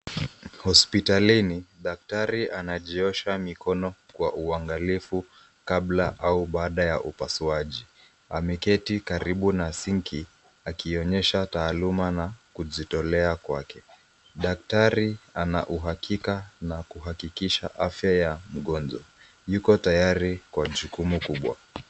Hospitalini daktari anajiosha mikono kwa uangalifu kabla au baada ya upasuaji. Ameketi karibu na sinki akionyesha taaluma na kujitolea kwake. Daktari ana uhakika na kuhakikisha afya ya mgonjwa yuko tayari kwa jukumu kubwa.